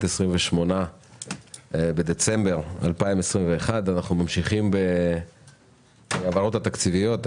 28 בדצמבר 2021. אנחנו ממשיכים בהעברות התקציביות.